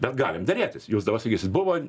bet galim derėtis jūs dabar sakysitu buvo